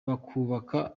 bakubaka